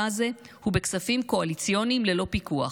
הזה הוא כספים קואליציוניים ללא פיקוח,